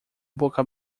boca